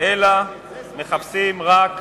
אלא מחפשים רק,